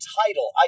title